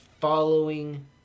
following